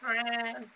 friends